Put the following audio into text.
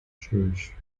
church